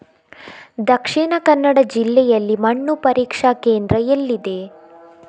ದಕ್ಷಿಣ ಕನ್ನಡ ಜಿಲ್ಲೆಯಲ್ಲಿ ಮಣ್ಣು ಪರೀಕ್ಷಾ ಕೇಂದ್ರ ಎಲ್ಲಿದೆ?